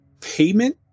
payment